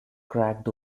cracked